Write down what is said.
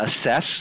assess